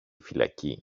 φυλακή